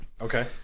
Okay